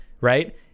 right